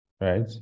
Right